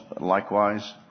Likewise